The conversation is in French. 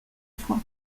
fois